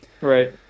right